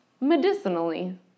medicinally